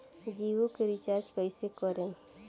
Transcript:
जियो के रीचार्ज कैसे करेम?